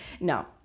No